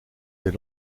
des